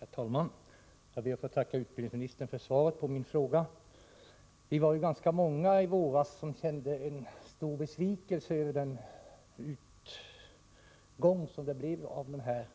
Herr talman! Jag ber att få tacka utbildningsministern för svaret på min fråga. Vi var ganska många som i våras kände en stor besvikelse över det beslut som fattades när det gäller